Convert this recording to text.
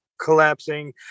collapsing